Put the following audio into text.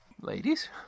Ladies